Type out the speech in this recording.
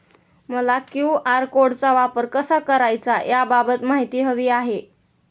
मला क्यू.आर कोडचा वापर कसा करायचा याबाबत माहिती हवी आहे